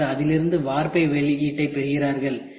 பின்னர் அதிலிருந்து வார்ப்பு வெளியீட்டைப் பெறுகிறார்கள்